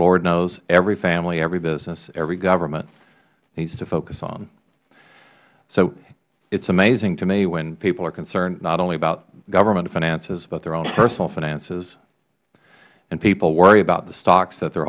lord knows every family every business every government needs to focus on so it is amazing to me when people are concerned not only about government finances but their own personal finances and people worry about the stocks that they